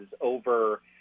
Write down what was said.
over